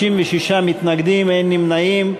מתנגדים, 56, ואין נמנעים.